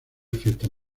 fiestas